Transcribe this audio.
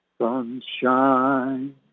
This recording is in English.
Sunshine